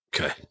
Okay